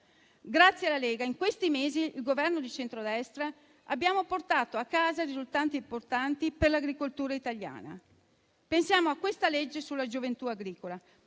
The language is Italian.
Grazie alla Lega, in questi mesi di Governo di centrodestra, abbiamo portato a casa risultati importanti per l'agricoltura italiana. Pensiamo a questa legge sulla gioventù agricola,